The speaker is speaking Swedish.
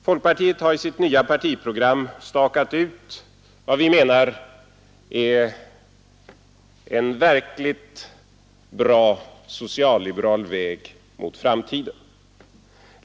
Folkpartiet har i sitt nya partiprogram stakat ut en enligt vår mening verkligt bra social-liberal väg mot framtiden.